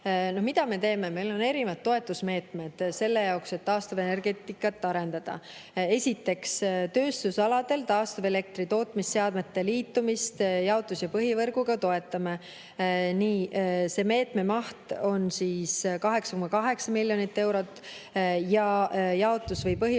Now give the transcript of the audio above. Mida me teeme? Meil on erinevad toetusmeetmed selleks, et taastuvenergeetikat arendada. Esiteks, tööstusaladel taastuvelektri tootmisseadmete liitumist jaotus- ja põhivõrguga toetame. Selle meetme maht on 8,8 miljonit eurot. Jaotus- või põhivõrgu